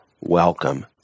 welcome